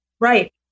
Right